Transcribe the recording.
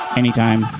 anytime